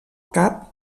cap